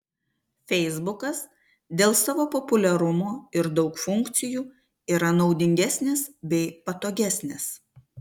feisbukas dėl savo populiarumo ir daug funkcijų yra naudingesnis bei patogesnis